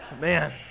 Man